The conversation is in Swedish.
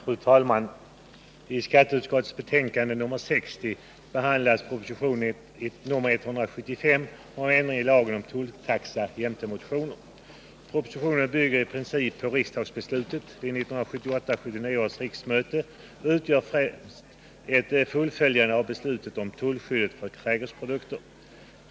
Fru talman! I skatteutskottets betänkande nr 60 behandlas proposition nr 175 om ändring i lagen om tulltaxa jämte motioner. Propositionen bygger i princip på riksdagsbeslutet vid 1978/79 års riksmöte och utgör främst ett fullföljande av beslutet om tullskyddet för trädgårdsprodukter.